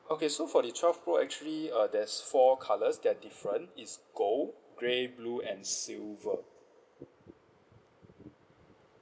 okay so for the twelve pro actually uh there's four colours they're different is gold grey blue and silver